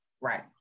right